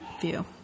view